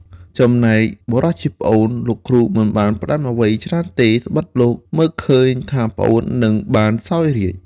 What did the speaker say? ចំណែកបុរសជាប្អូន លោកគ្រូមិនបានផ្ដាំអ្វីច្រើនទេ ត្បិតលោកមើលឃើញថាប្អូននឹងបានសោយរាជ្យ។